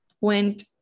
went